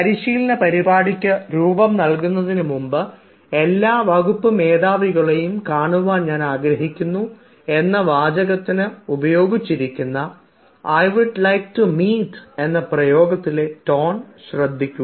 പരിശീലന പരിപാടിക്ക് രൂപം നൽകുന്നതിനുമുമ്പ് എല്ലാ വകുപ്പ് മേധാവികളെയും കാണാൻ ഞാൻ ആഗ്രഹിക്കുന്നു എന്ന വാചകത്തിന് ഉപയോഗിച്ചിരിക്കുന്ന I would like to meet എന്ന പ്രയോഗത്തിലെ ടോൺ ശ്രദ്ധിക്കുക